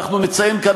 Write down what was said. ואנחנו נציין כאן,